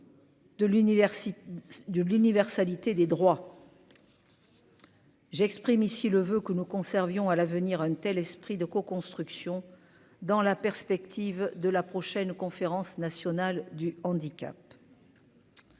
de l'universalité des droits. J'exprime ici le voeu que nous conservions à l'avenir un tel esprit de coconstruction, dans la perspective de la prochaine conférence nationale du handicap.